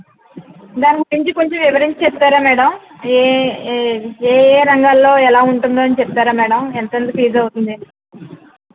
దాని గురించి కొంచెం వివరించి చెప్తారా మేడం ఏ యే ఏ యే రంగాలలో ఎలా ఉంటుందో అని చెప్తారా మేడం ఎంతెంత ఫీజ్ అవుతుంది